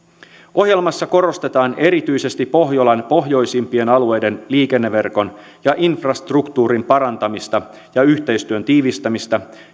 ohjelmassa korostetaan erityisesti pohjolan pohjoisimpien alueiden liikenneverkon ja infrastruktuurin parantamista ja yhteistyön tiivistämistä